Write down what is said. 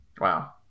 Wow